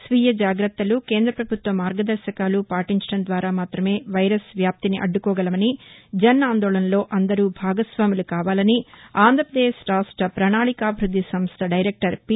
స్వీయ జాగ్రత్తలు కేంద్ర పభుత్వ మార్గదర్శకాలు పాటించడం ద్వారా మాత్రమే వైరస్ వ్యాప్తిని అడ్డుకోగలమని జన్ ఆందోళన్లో అందరూ భాగస్వాములు కావాలని ఆంధ్రపదేశ్ రాష్ట ప్రణాళికాభివృద్ది సంస్ట డైరెక్టర్ పి